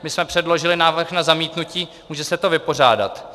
My jsme předložili návrh na zamítnutí, může se to vypořádat.